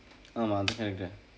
ஆமாம் அது:aamaam athu correct